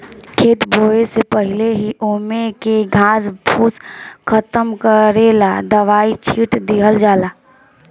खेत बोवे से पहिले ही ओमे के घास फूस खतम करेला दवाई छिट दिहल जाइ